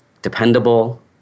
Dependable